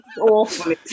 awful